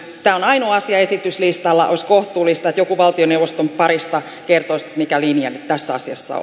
tämä on ainoa asia esityslistalla niin olisi kohtuullista että joku valtioneuvoston parista kertoisi mikä linja nyt tässä asiassa